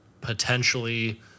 potentially